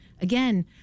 Again